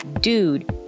dude